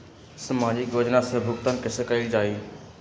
सामाजिक योजना से भुगतान कैसे कयल जाई?